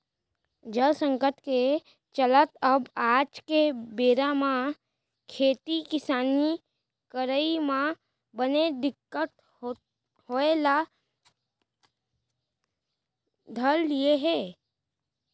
जल संकट के चलत अब आज के बेरा म खेती किसानी करई म बने दिक्कत होय ल धर लिये हे